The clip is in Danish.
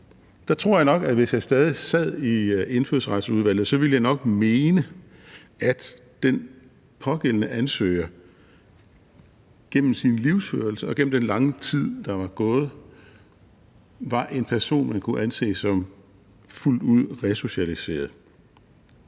Der tror jeg nok, at jeg, hvis jeg stadig sad i Indfødsretsudvalget, så ville mene, at den pågældende ansøger gennem sin livsførelse og gennem den lange tid, der var gået, var en person, som man kunne anse som fuldt ud resocialiseret.